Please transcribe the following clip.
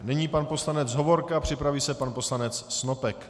Nyní pan poslanec Hovorka, připraví se pan poslanec Snopek.